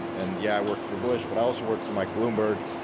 and yeah, i worked for bush. but i also worked for mike bloomberg.